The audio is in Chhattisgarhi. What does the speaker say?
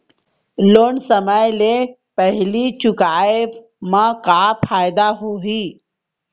लोन समय ले पहिली चुकाए मा का फायदा होही?